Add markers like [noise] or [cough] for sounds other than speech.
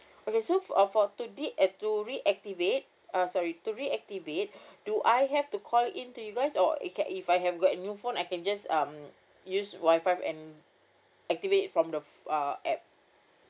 okay so for uh for do the uh to reactivate uh sorry to reactivate [breath] do I have to call in to you guys or it can if I have got a new phone I can just um use wifi and activate from the uh app